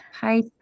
Hi